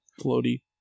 Floaty